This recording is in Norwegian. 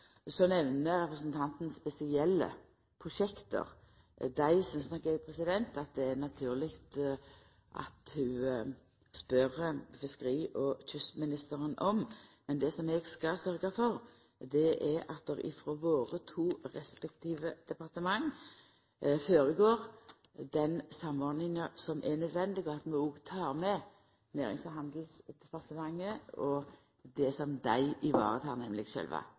Så nemner representanten spesielle prosjekt. Eg synest nok det er naturleg at ho spør fiskeri- og kystministeren om dei. Men det som eg skal sørgja for, er at den samordninga som er nødvendig, går føre seg med våre to respektive departement, og at vi òg tek med Nærings- og handelsdepartementet og det som dei tek seg av, nemleg sjølve